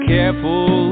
careful